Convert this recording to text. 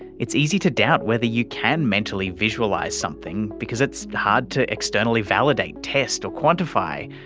it's easy to doubt whether you can mentally visualise something because it's hard to externally validate, test or quantify.